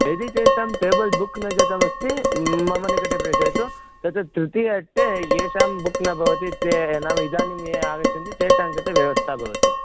यदि तेषां table book न जातमस्ति मम निकटे प्रेषयतु तत्र तृतीये अट्टे येषां बुक् न भवति ते नाम इदानीं ये आगच्छन्ति तेषां कृते व्यवस्था भवति